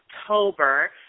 October